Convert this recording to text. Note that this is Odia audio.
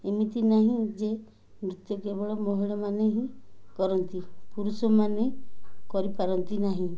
ଏମିତି ନାହିଁ ଯେ ନୃତ୍ୟ କେବଳ ମହିଳାମାନେ ହିଁ କରନ୍ତି ପୁରୁଷମାନେ କରିପାରନ୍ତି ନାହିଁ